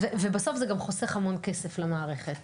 ובסוף זה גם חוסך המון כסף למערכת.